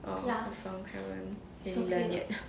err the song heaven to learn it